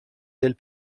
del